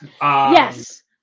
Yes